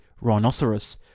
Rhinoceros